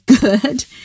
good